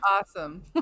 awesome